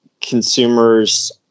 consumers